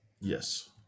Yes